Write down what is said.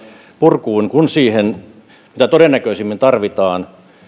purkuun mitä todennäköisimmin tarvitaan